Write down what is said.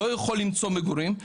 לא יכול למצוא מגורים,